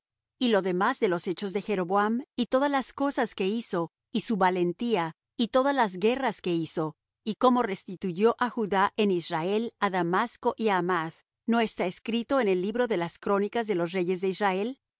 y lo demás de los hechos de jeroboam y todas las cosas que hizo y su valentía y todas las guerras que hizo y cómo restituyó á judá en israel á damasco y á hamath no está escrito en el libro de las crónicas de los reyes de israel